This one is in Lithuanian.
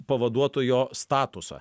pavaduotojo statusą